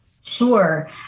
Sure